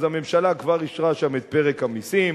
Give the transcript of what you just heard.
אז הממשלה כבר אישרה שם את פרק המסים,